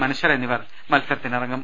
അനശ്വര എന്നിവർ മത്സരത്തിനിറങ്ങും